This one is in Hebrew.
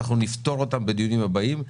אנחנו נפתור אותן בדיונים הבאים.